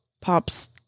pops